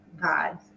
God